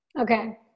Okay